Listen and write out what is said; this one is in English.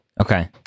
Okay